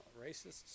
racists